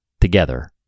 together